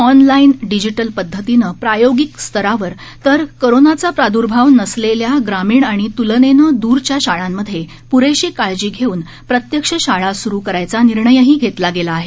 online digital पदधतीनं प्रायोगिक स्तरावर तर कोरोनाचा प्रादुर्भाव नसलेल्या ग्रामीण आणि तुलनेने दुरच्या शाळांमध्ये पूरेशी काळजी घेऊन प्रत्यक्ष शाळा सुरू करायचा निर्णयही घेतला गेला आहे